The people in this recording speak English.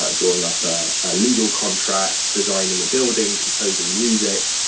ah drawing up ah ah legal contract, designing a building, composing music,